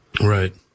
Right